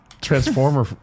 transformer